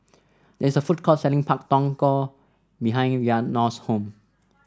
there is a food court selling Pak Thong Ko behind Rhiannon's home